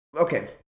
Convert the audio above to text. okay